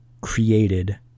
created